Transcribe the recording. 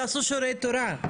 תעשו שיעורי תורה,